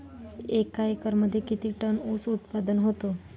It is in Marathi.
एका एकरमध्ये किती टन ऊस उत्पादन होतो?